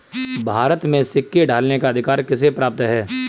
भारत में सिक्के ढालने का अधिकार किसे प्राप्त है?